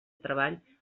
treball